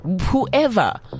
whoever